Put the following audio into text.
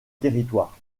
territoire